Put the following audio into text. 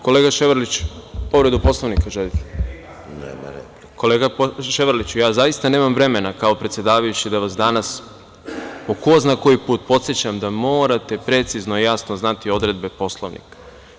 Kolega Ševarliću, povredu Poslovnika želite? (Miladin Ševarlić: Replika, pomenuo me je.) Kolega Ševarliću, ja zaista nemam vremena kao predsedavajući da vas danas po ko zna koji put podsećam da morate precizno i jasno znati odredbe Poslovnika.